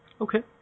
Okay